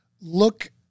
look